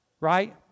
Right